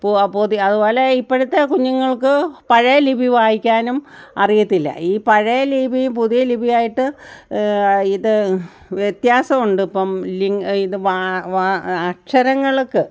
പു പുതിയ അതുപോലെ ഇപ്പോഴത്തെ കുഞ്ഞുങ്ങൾക്ക് പഴയ ലിപി വായിക്കാനും അറിയത്തില്ല ഈ പഴയ ലിപി പുതിയ ലിപി ആയിട്ട് ഇത് വ്യത്യാസം ഉണ്ട് ഇപ്പം ലി ഇത് വാ വാ അക്ഷരങ്ങൾക്ക്